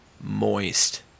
moist